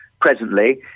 presently